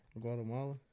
Guatemala